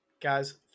Guys